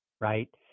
right